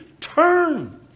Turn